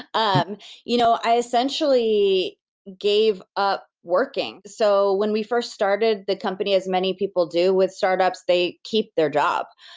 um you know i essentially gave up working so when we firs started the company, as many people do with startups, they keep their job.